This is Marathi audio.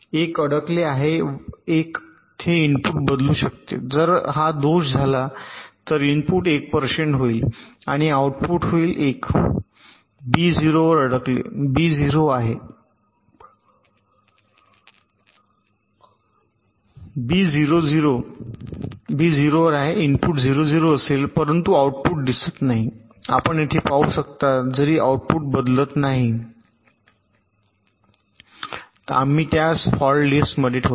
एक अडकले आहे 1 हे इनपुट बदलू शकते जर हा दोष झाला तर इनपुट 1 होईल आणि आउटपुट होईल 1 बी 0 वर अडकले बी 0 आहे इनपुट 0 0 असेल परंतु आउटपुट दिसत नाही आपण येथे पाहू शकता जरी आउटपुट बदलत नाही आम्ही त्यास फॉल्ट लिस्टमध्ये ठेवतो